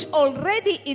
already